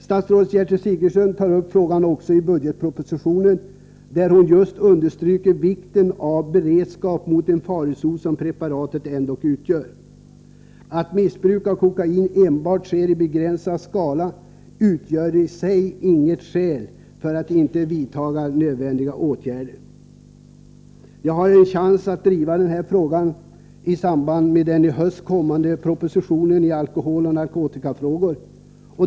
Statsrådet Gertrud Sigurdsen tar upp frågan om kokainmissbruk i budgetpropositionen, där hon just understryker vikten av en beredskap mot den farsot som preparatet ändock utgör. Att missbruk av kokain enbart sker i begränsad skala utgör i sig inget skäl för att inte vidta nödvändiga åtgärder. Jag har ännu en chans att driva frågan i samband med den i höst kommande propositionen om alkohol och narkotika.